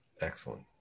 Excellent